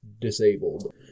disabled